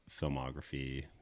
filmography